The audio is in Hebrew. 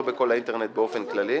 לא בכל האינטרנט באופן כללי,